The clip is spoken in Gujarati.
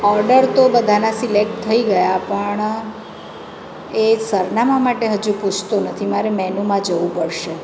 ઓર્ડર તો બધાના સિલેક્ટ થઈ ગયા પણ એ સરનામા માટે હજુ પૂછતો નથી મારે મેનૂમાં જવું પડશે